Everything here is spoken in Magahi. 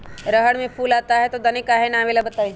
रहर मे फूल आता हैं दने काहे न आबेले बताई?